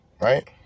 right